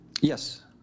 Yes